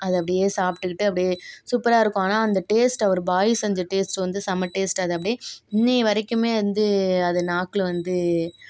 அதை அப்படியே சாப்பிட்டுக்குட்டு அப்படியே சூப்பராக இருக்கும் ஆனால் அந்த டேஸ்ட் அவர் பாய் செஞ்ச டேஸ்ட் வந்து செம டேஸ்ட் அதை அப்படியே இன்னைய வரைக்குமே வந்து அது நாக்கில் வந்து